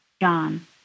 John